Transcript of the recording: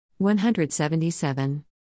177